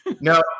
No